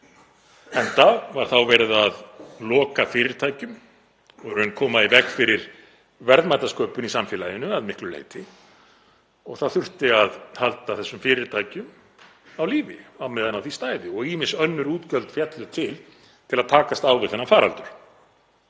enda var þá verið að loka fyrirtækjum og í raun koma í veg fyrir verðmætasköpun í samfélaginu að miklu leyti. Það þurfti að halda þessum fyrirtækjum á lífi á meðan á því stæði og ýmis önnur útgjöld féllu til til að takast á við þennan faraldur.